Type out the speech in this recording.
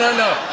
no,